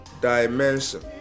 dimension